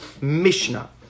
Mishnah